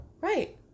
Right